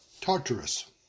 Tartarus